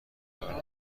کرد